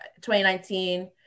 2019